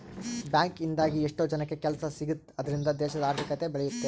bank ಇಂದಾಗಿ ಎಷ್ಟೋ ಜನಕ್ಕೆ ಕೆಲ್ಸ ಸಿಗುತ್ತ್ ಅದ್ರಿಂದ ದೇಶದ ಆರ್ಥಿಕತೆ ಬೆಳಿಯುತ್ತೆ